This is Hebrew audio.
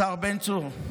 השר בן צור,